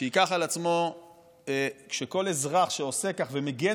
שייקח על עצמו שכל אזרח שעושה כך ומגן